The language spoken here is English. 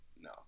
No